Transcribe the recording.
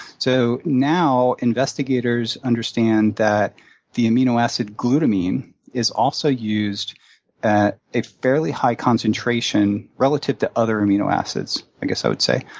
so now, investigators understand that the amino acid glutamine is also used at a fairly high concentration relative to other amino acids, i guess i would say,